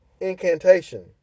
Incantation